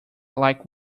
like